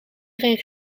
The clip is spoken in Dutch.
erin